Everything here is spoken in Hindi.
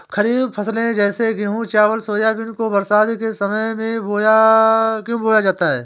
खरीफ फसले जैसे मूंग चावल सोयाबीन को बरसात के समय में क्यो बोया जाता है?